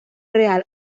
real